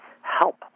help